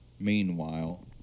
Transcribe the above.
meanwhile